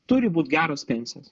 turi būt geros pensijos